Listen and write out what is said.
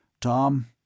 Tom